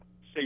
say